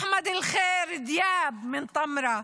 אחמד ח'יר דיאב מטמרה,